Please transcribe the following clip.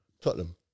Tottenham